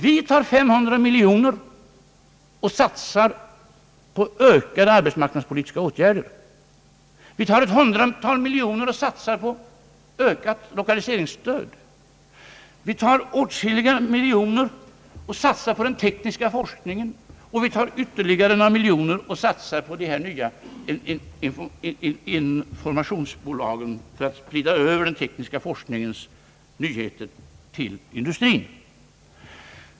Vi tar 500 miljoner och satsar dem på ökade arbetsmarknadspolitiska åtgärder. Vi tar ett hundratal miljoner och satsar dem på ökat lokaliseringsstöd. Vi tar åtskilliga miljoner och satsar på den tekniska forskningen, ytterligare några miljoner och satsar på de nya informationsbolagen för att sprida den tekniska forskningens nyheter till industrin.